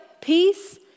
peace